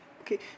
Okay